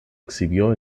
exhibió